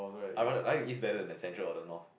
I rather like east better than in central or the north